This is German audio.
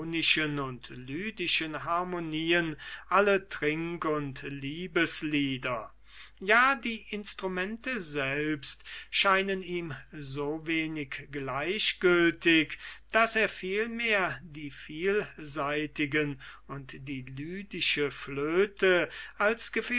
und lydischen harmonien alle trink und liebeslieder ja die instrumente selbst scheinen ihm so wenig gleichgültig daß er vielmehr die vielsaitigen und die lydische flöte als